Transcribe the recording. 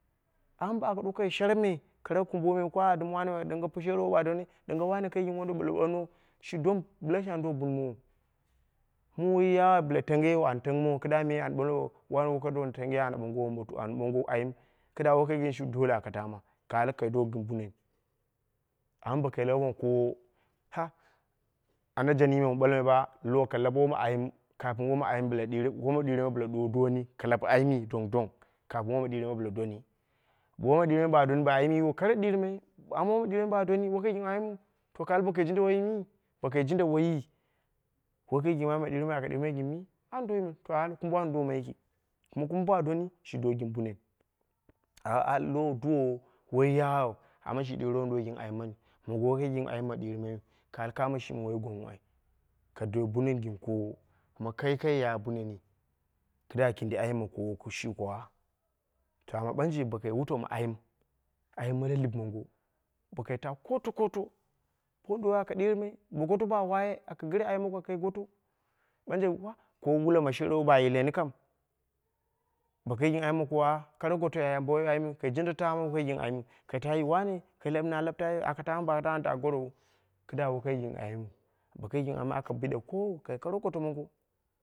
Am bo kai ɗukoi sharap me kara kumbo maimako ah wane sherowo ba donni ɗɨn ga wane kai gɨn wonduwoiru bɨla ɓoono monding shang an do bunmo wo, mum woi yaghau bɨla tange wen an tangɨmowo kɨdda mi an ɓalwo woko dong na tangeghe an ɓoango ayim kɨdda woi kai gɨn shiu dole aka tamma, ka ali kai don gɨn bunenn amma bokai lau womakoowo ha anajanyi me wun ɓalmai loow ka lab ayim kapin woma ayim woma ɗirma bɨla donni ka lab ayimi dang dong kapin woma ɗima bɨla donni bo woma ɗirmai amma woma dirma a donni bo wokai ɣin ayimu to ka ati bokai jinda woini bo kai jinda woiyi bo wo kai gɨn ayim ma ɗirmaiyu aka dɨrmai gɨn mi, an do yimai bo ka ali kumbo an do laki kuma bo kumbo a donni shi do gɨn bunnen. Ka al duwowo woi yaghau amma shi ɗiure wonduwoi gɨnm ayi. m mani mongo woi kai gɨn ayim ma dirmaiyu kamo shimi woi gwangnghu ai ka do bunnen gɨn koowo, kai kai ya bunenni kɨdda kindi ayim mɨ koowo shi kwa ah to ɓanje bo kai wutau ma yim, ayim la dip mongo kai ta koto koto ko wonduwoi aka ɗirmai bo goto ba waghe aka gɨr ayim aka goto, ɓanje ajh ko wula ma sherowo ba yileni kam bo kai gɨn ayim ma koowo kana goto ai bo woi ayimu kai jinda taa woi kai gɨn ayimu ka tayi wane ka lab ta boka tama ana ta goro wu kɨdda woi kai gɨn ayimu, bo kai gɨn aka bide kowau kai kara goto mongo.